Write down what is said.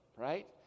right